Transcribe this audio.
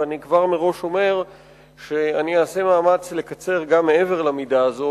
ואני כבר מראש אומר שאני אעשה מאמץ לקצר גם מעבר למידה הזו.